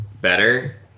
better